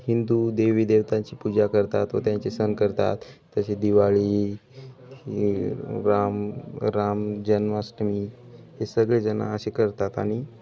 हिंदू देवीदेवतांची पूजा करतात व त्यांचे सण करतात तसेे दिवाळी ही राम रामजन्माष्टमी हे सगळेजणं असे करतात आणि